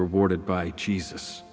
rewarded by jesus